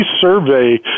survey